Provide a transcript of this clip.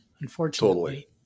unfortunately